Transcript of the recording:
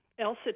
Elsa